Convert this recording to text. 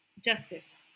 justice